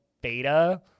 beta